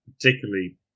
particularly